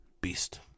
beast